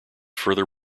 further